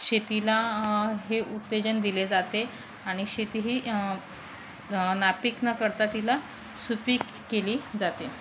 शेतीला हे उत्तेजन दिले जाते आणि शेतीही नापीक न करता तिला सुपीक केली जाते